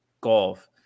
golf